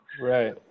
right